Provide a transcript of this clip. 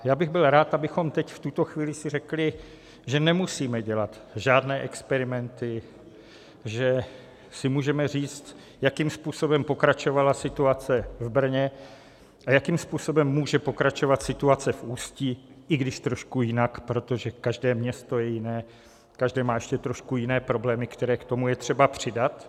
Já bych byl rád, abychom si teď, v tuto chvíli řekli, že nemusíme dělat žádné experimenty, že si můžeme říct, jakým způsobem pokračovala situace v Brně a jakým způsobem může pokračovat situace v Ústí, i když trošku jinak, protože každé město je jiné, každé má ještě trošku jiné problémy, které k tomu je třeba přidat.